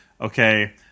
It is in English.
okay